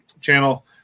channel